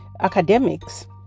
academics